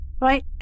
right